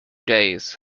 days